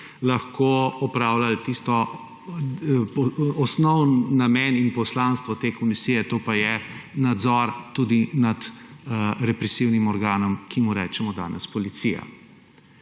lahko opravljali tisti osnovni namen in poslanstvo te komisije, to pa je nadzor tudi nad represivnim organom, ki mu rečemo danes policija.